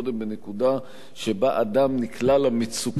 בנקודה שבה אדם נקלע למצוקה,